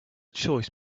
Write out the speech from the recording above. choice